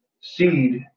seed